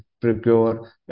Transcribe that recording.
procure